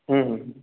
হুম হুম হুম